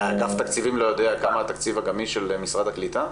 אגף תקציבים לא יודע כמה התקציב הגמיש של משרד הקליטה?